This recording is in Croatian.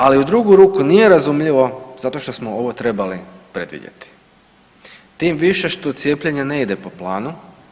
Ali u drugu ruku nije razumljivo zato što smo ovo trebali predvidjeti tim više što cijepljenje ne ide po planu.